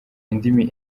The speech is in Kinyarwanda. indimi